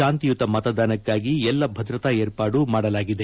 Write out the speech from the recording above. ಶಾಂತಿಯುತ ಮತದಾನಕ್ಕಾಗಿ ಎಲ್ಲ ಭದ್ರತಾ ಏರ್ಪಾಡು ಮಾಡಲಾಗಿದೆ